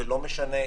ולא משנה,